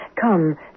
come